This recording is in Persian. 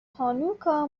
هانوکا